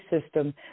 system